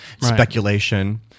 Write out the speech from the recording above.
speculation